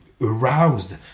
aroused